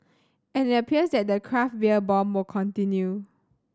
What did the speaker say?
and it appears that the craft beer boom will continue